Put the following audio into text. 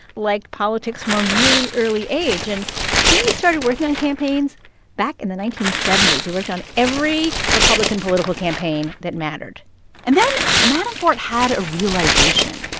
liked politics from a really early age. and he started working on campaigns back in the nineteen seventy s. he worked on every republican political campaign that mattered and then manafort had a realization.